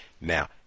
now